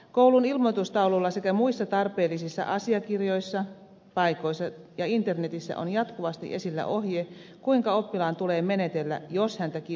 koulun ilmoitustaululla sekä muissa tarpeellisissa asiakirjoissa paikoissa ja internetissä on jatkuvasti esillä ohje kuinka oppilaan tulee menetellä jos häntä kiusataan